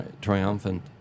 triumphant